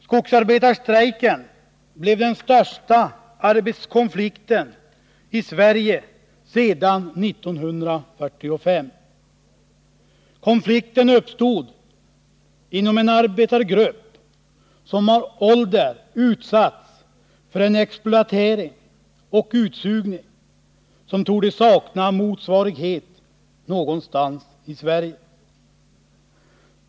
Skogsarbetarstrejken blev den största arbetskonflikten i Sverige sedan 1945. Konflikten uppstod inom en arbetargrupp, som alltid utsatts för en exploatering och utsugning som torde sakna motsvarighet någonstans i Sverige.